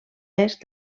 est